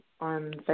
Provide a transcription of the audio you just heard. on